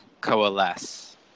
coalesce